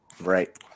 Right